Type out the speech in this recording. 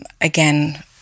again